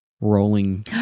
rolling